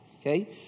okay